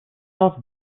off